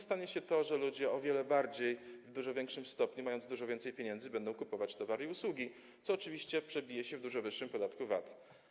Stanie się to, że ludzie o wiele bardziej, w dużo większym stopniu, mając dużo więcej pieniędzy, będą kupować towary i usługi, co oczywiście przebije się w dużo wyższym podatku VAT.